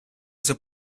hace